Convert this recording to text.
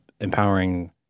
empowering